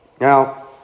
Now